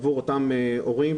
עבור אותם הורים,